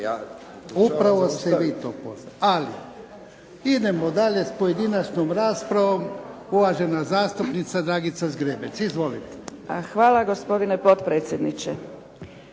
Upravo ste vi to pozvali. Ali idemo dalje s pojedinačnom raspravom. Uvažena zastupnica Dragica Zgrebec. Izvolite. **Zgrebec, Dragica (SDP)** Hvala gospodine potpredsjedniče.